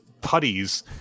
putties